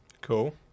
Cool